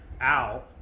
Al